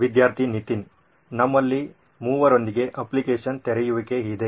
ವಿದ್ಯಾರ್ಥಿ ನಿತಿನ್ ನಮ್ಮಲ್ಲಿ ಮೂವರೊಂದಿಗೆ ಅಪ್ಲಿಕೇಶನ್ ತೆರೆಯುವಿಕೆ ಇದೆ